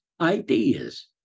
ideas